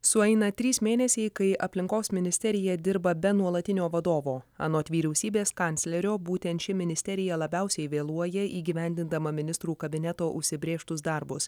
sueina trys mėnesiai kai aplinkos ministerija dirba be nuolatinio vadovo anot vyriausybės kanclerio būtent ši ministerija labiausiai vėluoja įgyvendindama ministrų kabineto užsibrėžtus darbus